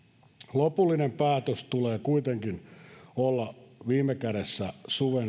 lopullisen päätöksen tulee kuitenkin olla viime kädessä